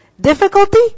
Difficulty